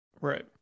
Right